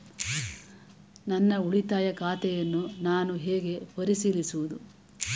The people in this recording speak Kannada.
ನನ್ನ ಉಳಿತಾಯ ಖಾತೆಯನ್ನು ನಾನು ಹೇಗೆ ಪರಿಶೀಲಿಸುವುದು?